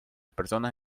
personas